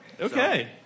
Okay